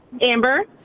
Amber